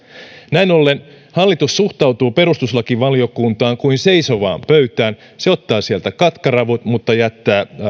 näin ollen hallitus suhtautuu perustuslakivaliokuntaan kuin seisovaan pöytään se ottaa sieltä katkaravut mutta jättää